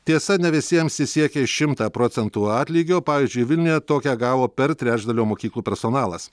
tiesa ne visiems jis siekė šimtą procentų atlygio pavyzdžiui vilniuje tokią gavo per trečdalio mokyklų personalas